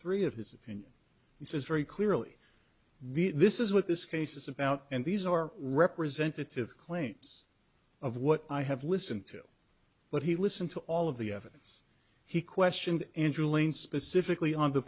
three of his and he says very clearly this is what this case is about and these are representative claims of what i have listened to but he listened to all of the evidence he questioned angeline specifically on t